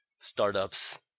startups